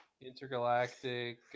intergalactic